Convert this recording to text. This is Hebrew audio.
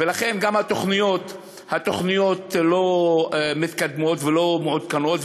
ולכן גם התוכניות לא מתקדמות ולא מעודכנות,